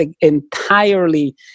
entirely